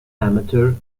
amateur